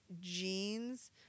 jeans